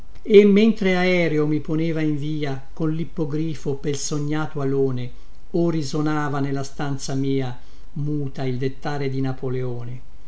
e mentre aereo mi poneva in via con lippogrifo pel sognato alone o risonava nella stanza mia muta il dettare di napoleone